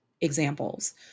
examples